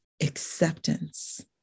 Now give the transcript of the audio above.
acceptance